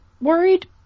worried